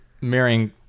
marrying